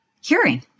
hearing